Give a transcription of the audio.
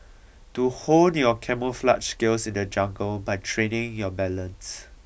to hone your camouflaged skills in the jungle by training your balance